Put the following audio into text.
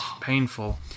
Painful